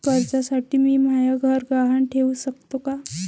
कर्जसाठी मी म्हाय घर गहान ठेवू सकतो का